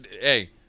hey